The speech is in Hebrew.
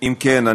אם כן,